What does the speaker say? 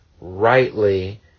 rightly